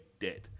dead